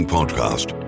Podcast